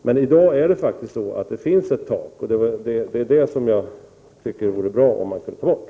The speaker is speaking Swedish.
Men i dag finns det ett tak, och jag tycker att det vore bra om detta tak togs bort.